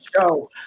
show